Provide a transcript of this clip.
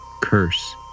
curse